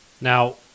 Now